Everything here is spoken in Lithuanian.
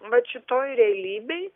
vat šitoj realybėj